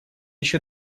еще